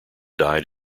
died